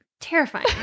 terrifying